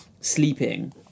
sleeping